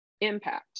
impact